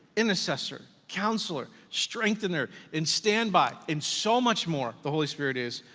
intercessor, counselor, strengthener, and standby, and so much more, the holy spirit is,